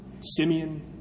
Simeon